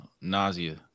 nausea